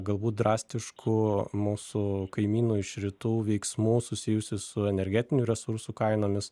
galbūt drastiškų mūsų kaimynų iš rytų veiksmų susijusių su energetinių resursų kainomis